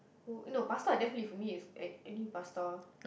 oh no pasta definitely for me it's any any pasta